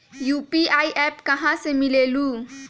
UPI app कहा से मिलेलु?